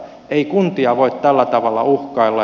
ei kuntia voi tällä tavalla uhkailla